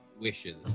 wishes